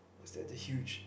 is that the huge